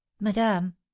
madame